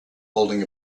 holding